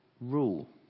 rule